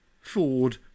Ford